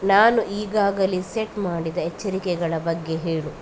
ನಾನು ಈಗಾಗಲೇ ಸೆಟ್ ಮಾಡಿದ ಎಚ್ಚರಿಕೆಗಳ ಬಗ್ಗೆ ಹೇಳು